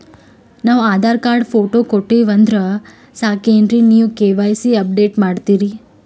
ನಾವು Aadhaar card, photo ಕೊಟ್ಟೀವಂದ್ರ ಸಾಕೇನ್ರಿ ನೀವ ಕೆ.ವೈ.ಸಿ ಅಪಡೇಟ ಮಾಡ್ತೀರಿ?